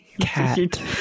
Cat